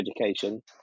education